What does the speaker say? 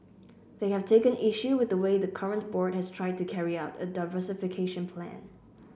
they have taken issue with the way the current board has tried to carry out a diversification plan